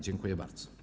Dziękuję bardzo.